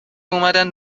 اومدن